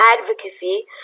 advocacy